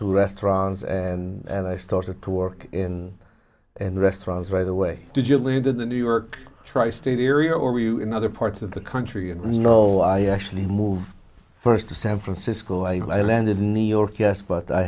o restaurants and i started to work in restaurants by the way did you leave to the new york tri state area or were you in other parts of the country and you know i actually moved first to san francisco i landed in new york yes but i